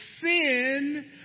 sin